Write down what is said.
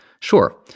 Sure